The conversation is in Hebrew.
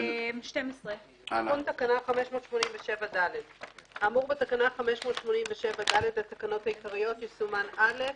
12. תיקון תקנה 587ד. האמור בתקנה 587ד לתקנות העיקריות יסומן (א)